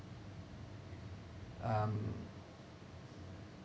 um